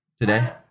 today